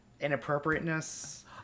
Inappropriateness